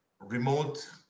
remote